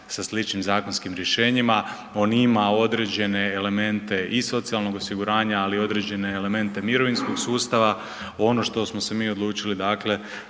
sa sličnim zakonskim rješenjima, on ima određene elemente i socijalnog osiguranja, ali i određene elemente mirovinskog sustava. Ono što smo se mi odlučili, dakle